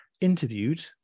interviewed